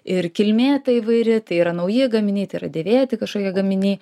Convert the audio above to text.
ir kilmė įvairi tai yra nauji gaminiai tai yra dėvėti kažkokie gaminiai